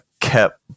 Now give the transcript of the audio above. kept